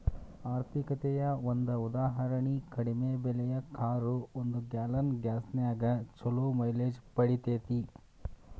ಆರ್ಥಿಕತೆಯ ಒಂದ ಉದಾಹರಣಿ ಕಡಿಮೆ ಬೆಲೆಯ ಕಾರು ಒಂದು ಗ್ಯಾಲನ್ ಗ್ಯಾಸ್ನ್ಯಾಗ್ ಛಲೋ ಮೈಲೇಜ್ ಪಡಿತೇತಿ